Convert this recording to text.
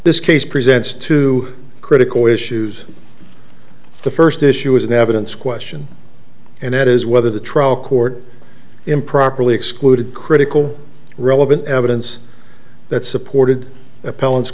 this case presents two critical issues the first issue is an evidence question and that is whether the trial court improperly excluded critical relevant evidence that supported